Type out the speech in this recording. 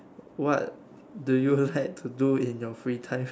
what do you like to do in your free time